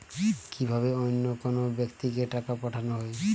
কি ভাবে অন্য কোনো ব্যাক্তিকে টাকা পাঠানো হয়?